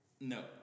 No